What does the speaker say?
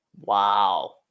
Wow